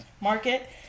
market